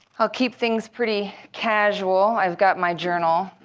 i'll keep things pretty casual. i've got my journal.